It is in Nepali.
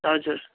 हजुर